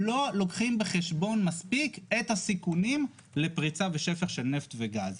לא לוקחים בחשבון מספיק את הסיכונים לפריצה בשפך של נפט וגז.